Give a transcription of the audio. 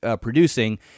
producing